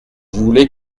voulez